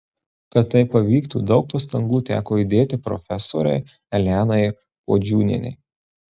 kad tai pavyktų daug pastangų teko įdėti profesorei elenai puodžiūnienei